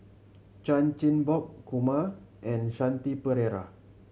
Chan Chin Bock Kumar and Shanti Pereira